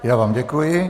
Já vám děkuji.